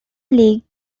league